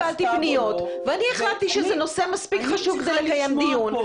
אני קיבלתי פניות ואני החלטתי שזה נושא מספיק חשוב כדי לקיים דיון.